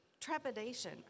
trepidation